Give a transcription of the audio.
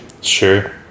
Sure